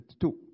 two